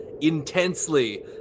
intensely